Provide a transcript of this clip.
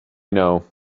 know